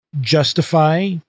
justify